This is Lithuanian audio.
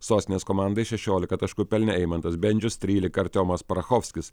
sostinės komandai šešiolika taškų pelnė eimantas bendžius trylika artiomas parachofskis